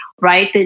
right